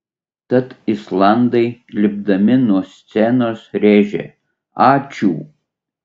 tad islandai lipdami nuo scenos rėžė ačiū